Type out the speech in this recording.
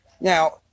Now